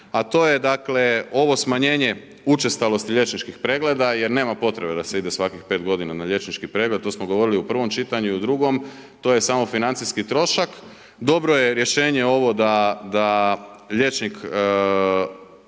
a to je dakle ovo smanjenje učestalosti liječničkih pregleda, jer nema potrebe da se ide svakih 5 godina na liječnički pregled. To smo govorili u prvom čitanju i u drugom. To je samo financijski trošak. Dobro je rješenje ovo da liječnik